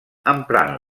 emprant